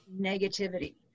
negativity